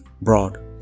broad